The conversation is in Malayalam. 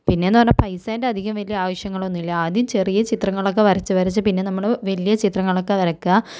പിന്നെയെന്ന് പറഞ്ഞാൽ പൈസേൻ്റെ അധികം വലിയ ആവശ്യങ്ങളൊന്നും ഇല്ല ആദ്യം ചെറിയ ചിത്രങ്ങളൊക്കെ വരച്ച് വരച്ച് പിന്നെ നമ്മൾ വലിയ ചിത്രങ്ങളൊക്കെ വരക്കുക